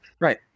right